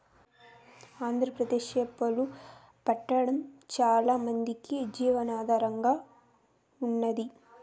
ఆంధ్రప్రదేశ్ చేపలు పట్టడం చానా మందికి జీవనాధారంగా ఉన్నాది